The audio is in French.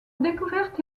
découverte